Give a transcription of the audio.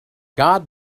god